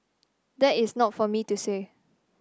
that is not for me to say